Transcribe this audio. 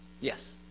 Yes